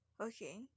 okay